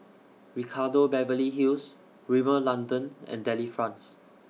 Ricardo Beverly Hills Rimmel London and Delifrance